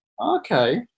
Okay